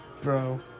bro